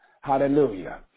Hallelujah